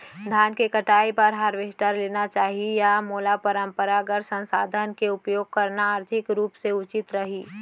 धान के कटाई बर हारवेस्टर लेना चाही या मोला परम्परागत संसाधन के उपयोग करना आर्थिक रूप से उचित रही?